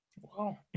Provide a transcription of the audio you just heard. Wow